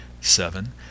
seven